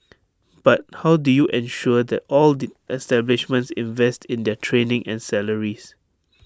but how do you ensure that all the establishments invest in their training and salaries